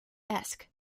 esk